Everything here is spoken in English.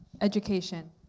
education